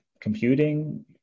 computing